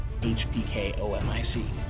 HPKOMIC